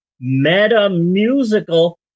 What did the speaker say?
meta-musical